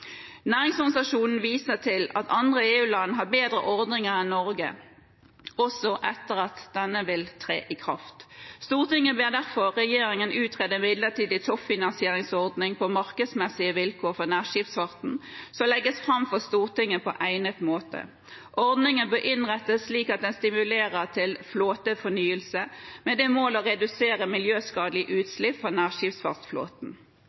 Næringsorganisasjonene viser til at andre EU-land har bedre ordninger enn Norge, også etter at denne vil tre i kraft. Stortinget ber derfor regjeringen utrede en midlertidig toppfinansieringsordning på markedsmessige vilkår for nærskipsfarten, som legges fram for Stortinget på egnet måte. Ordningen bør innrettes slik at den stimulerer til flåtefornyelse, med det mål å redusere